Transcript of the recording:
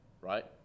right